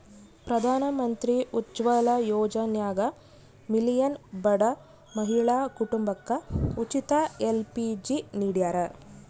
ಪ್ರಧಾನಮಂತ್ರಿ ಉಜ್ವಲ ಯೋಜನ್ಯಾಗ ಮಿಲಿಯನ್ ಬಡ ಮಹಿಳಾ ಕುಟುಂಬಕ ಉಚಿತ ಎಲ್.ಪಿ.ಜಿ ನಿಡ್ಯಾರ